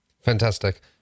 fantastic